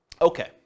Okay